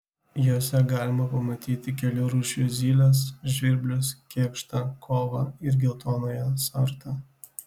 jose galima pamatyti kelių rūšių zyles žvirblius kėkštą kovą ir geltonąją sartą